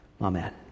Amen